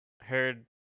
heard